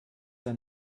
ein